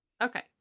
Okay